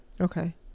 Okay